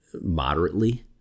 moderately